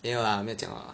没有 lah 没有讲话